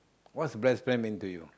what's best friend mean to you